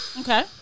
Okay